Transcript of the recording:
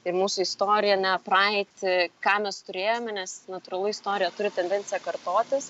ir mūsų istorinę praeitį ką mes turėjome nes natūralu istorija turi tendenciją kartotis